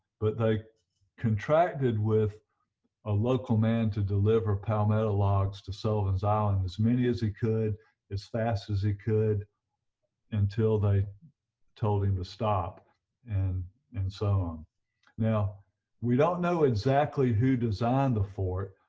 but they contracted with a local man to deliver palmetto logs to sullivan's island as many as he could as fast as he could until they told him to stop and and so on now we don't know exactly who designed the fort.